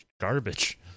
garbage